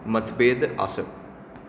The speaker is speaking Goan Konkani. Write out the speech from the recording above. मतभेद आसप